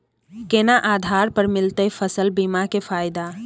केना आधार पर मिलतै फसल बीमा के फैदा?